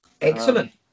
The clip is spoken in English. Excellent